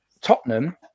Tottenham